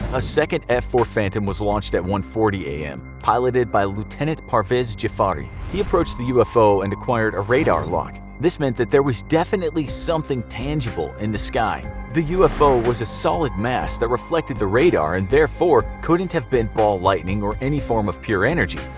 a second f four phantom was launched at one forty a m. piloted by lt. parviz jafari. he approached the ufo and acquired a radar lock. this meant that there was definitely something tangible in the sky. the ufo was a solid mass that reflected the radar, and therefore, couldn't have been ball lightning or any form of pure energy.